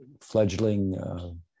fledgling